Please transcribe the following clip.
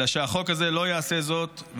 אלא שהחוק הזה לא יעשה זאת,